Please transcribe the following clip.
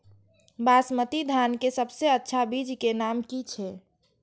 बासमती धान के सबसे अच्छा बीज के नाम की छे?